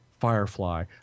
Firefly